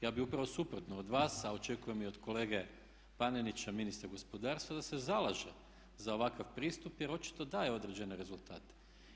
Ja bih upravo suprotno od vas, a očekujem i od kolege Panenića ministra gospodarstva da se zalaže za ovakav pristup jer očito daje određene rezultate.